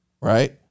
right